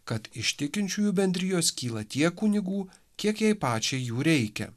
kad iš tikinčiųjų bendrijos kyla tiek kunigų kiek jai pačiai jų reikia